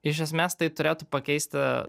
iš esmės tai turėtų pakeisti